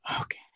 Okay